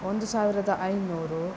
ಒಂದು ಸಾವಿರದ ಐನೂರು